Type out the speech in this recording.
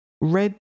Red